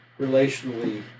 relationally